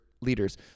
leaders